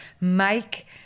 make